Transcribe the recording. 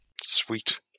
Sweet